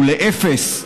ולאפס,